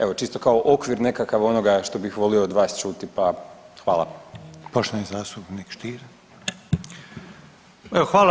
Evo, čisto kao okvir nekakav onoga što bih volio od vas čuti, pa hvala.